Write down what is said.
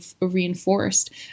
reinforced